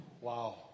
Wow